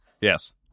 yes